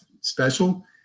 special